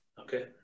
okay